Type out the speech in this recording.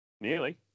Nearly